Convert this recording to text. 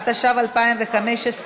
התשע"ו 2015,